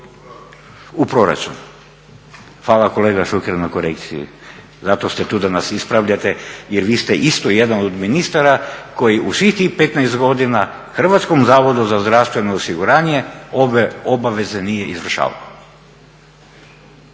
U proračun, hvala kolega Šuker na korekciji. Zato ste tu da nas ispravljate jer vi ste isto jedan od ministara koji u svih tih 15 godina Hrvatskom zavodu za zdravstveno osiguranje ove obaveze nije izvršavao.